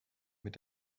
mit